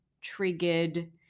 triggered